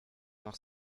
noch